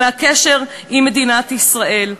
מהקשר עם מדינת ישראל.